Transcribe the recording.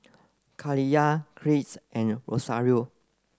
Kaliyah Kirks and Rosario